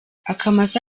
akamasa